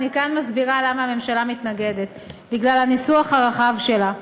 אני כאן מסבירה למה הממשלה מתנגדת: בגלל הניסוח הרחב שלה.